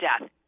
death